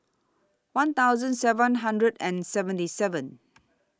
one thousand seven hundred and seventy seven